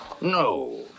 No